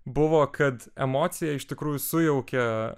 buvo kad emocija iš tikrųjų sujaukia